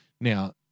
Now